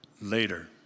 later